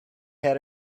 had